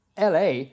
LA